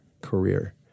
career